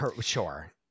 Sure